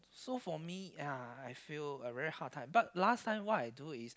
so for me yeah I feel a very hard time but last time what I do is